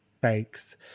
bakes